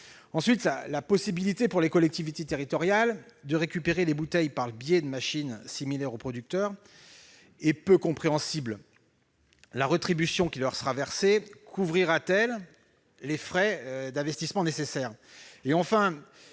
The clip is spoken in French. Ensuite, la possibilité pour les collectivités territoriales de récupérer les bouteilles, par le biais de machines similaires à celles des producteurs, est peu compréhensible. La rétribution qui leur sera versée couvrira-t-elle les frais d'investissements nécessaires ?